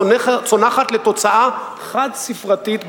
צונחת לתוצאה חד-ספרתית בבחירות.